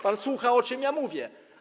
Pan słucha, o czym ja mówię.